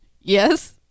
Yes